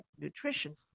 nutrition